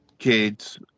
Kids